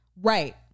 right